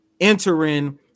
entering